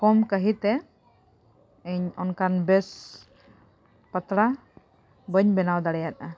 ᱠᱚᱢ ᱠᱟᱹᱦᱤᱛᱮ ᱤᱧ ᱚᱱᱠᱟᱱ ᱵᱮᱥ ᱯᱟᱛᱲᱟ ᱵᱟᱹᱧ ᱵᱮᱱᱟᱣ ᱫᱟᱲᱮᱭᱟᱫᱟ